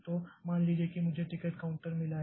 तो मान लीजिए कि मुझे टिकट काउंटर मिला है